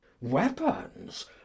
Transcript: Weapons